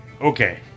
Okay